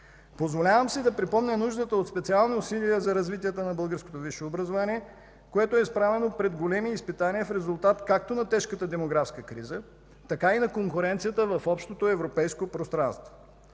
Позволявам си да припомня нуждата от специални усилия за развитието на българското висше образование, което е изправено пред големи изпитания в резултат както на тежката демографска криза, така и на конкуренцията в общото европейско пространство.